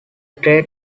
great